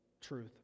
truth